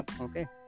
Okay